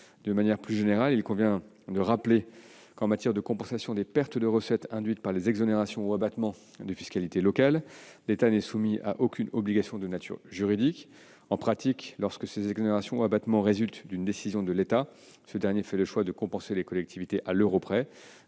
D'une manière plus générale, il convient de rappeler que, en matière de compensation des pertes de recettes induites par les exonérations ou abattements de fiscalité locale, l'État n'est soumis à aucune obligation de nature juridique. En pratique, lorsque ces exonérations ou abattements résultent d'une décision de l'État, ce dernier fait le choix de compenser les collectivités à l'euro près.